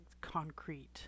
concrete